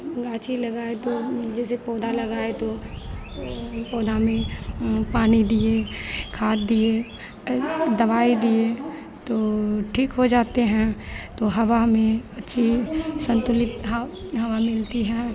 तो हम गाची लगाए तो जैसे पौधा लगाए तो हम पौधा में पानी दिए खाद दिए दवाई दिए तो ठीक हो जाते हैं तो हम हवा में अच्छी संतुलित ह हवा में मिलती है